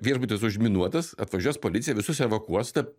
viešbutis užminuotas atvažiuos policija visus evakuos tarp